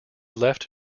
left